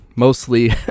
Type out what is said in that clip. Mostly